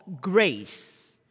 grace